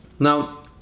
Now